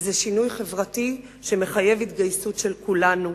וזה שינוי חברתי שמחייב התגייסות של כולנו.